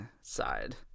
side